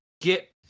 get